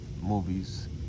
movies